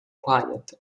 quiet